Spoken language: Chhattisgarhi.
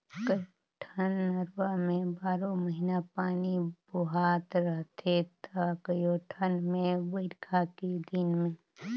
कयोठन नरूवा में बारो महिना पानी बोहात रहथे त कयोठन मे बइरखा के दिन में